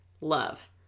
love